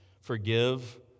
forgive